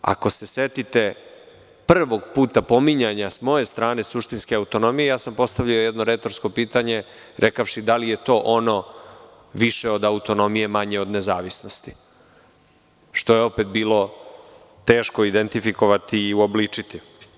Ako se setite prvog puta pominjanja s moje strane suštinske autonomije, ja sam postavi jedno retorsko pitanje, rekavši, da li je to ono više od autonomije, a manje od nezavisnosti, što je opet bilo teško identifikovati i uobličiti.